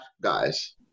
guys